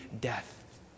death